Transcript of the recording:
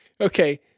okay